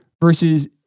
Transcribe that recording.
versus